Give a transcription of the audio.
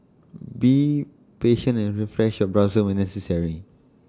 be patient and refresh your browser when necessary